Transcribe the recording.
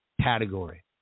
category